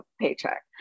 paycheck